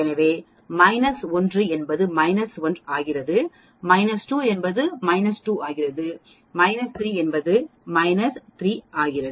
எனவே 1 என்பது 1 ஆகிறது 2 என்பது 2 ஆகிறது 3 என்பது 3 ஆகிறது